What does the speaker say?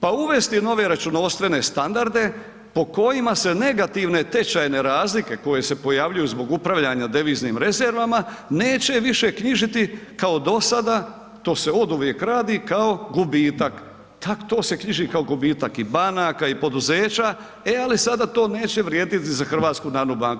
Pa uvesti nove računovodstvene standarde po kojima se negativne tečajne razlike koje se pojavljuju zbog upravljanja deviznim rezervama neće više knjižiti kao do sada, to se oduvijek radi kao gubitak, to se knjiži kao gubitak i banaka i poduzeća, e ali sada to neće vrijediti za HNB.